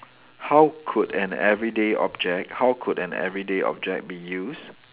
how could an everyday object how could an everyday object be used